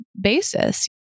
basis